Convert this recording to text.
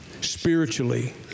spiritually